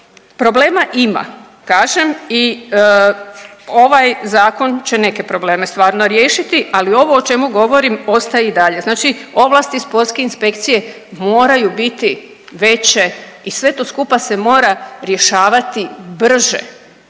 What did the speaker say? Problema ima kažem i ovaj zakon će neke probleme stvarno riješiti, ali ovo o čemu govorim ostaje i dalje, znači ovlasti sportske inspekcije moraju biti veće i sve to skupa se mora rješavati brže,